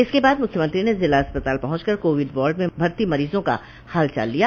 इसके बाद मुख्यमंत्री ने जिला अस्पताल पहुंच कर कोविड वार्ड में भर्ती मरीजों का हालचाल लिया